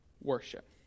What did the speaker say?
worship